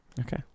okay